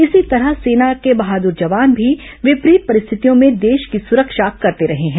इसी तरह सेना के बहादुर जवान भी विपरीत परिस्थितियों में देश की सुरक्षा करते रहे हैं